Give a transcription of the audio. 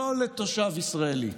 לא לתושב ישראלי,